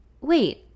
Wait